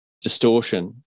distortion